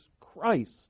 Christ